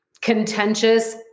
contentious